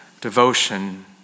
devotion